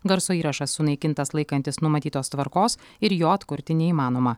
garso įrašas sunaikintas laikantis numatytos tvarkos ir jo atkurti neįmanoma